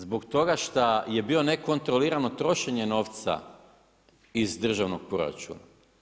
Zbog toga šta je bilo nekontrolirano trošenje novca iz državnog proračuna.